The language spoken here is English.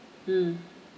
mm